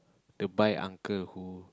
the bike uncle who